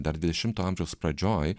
dar dvidešimto amžiaus pradžioj